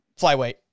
flyweight